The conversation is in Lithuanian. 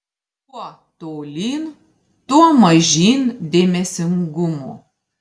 kuo tolyn tuo mažyn dėmesingumo